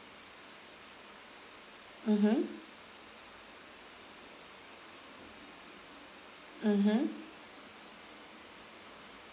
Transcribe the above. mmhmm mmhmm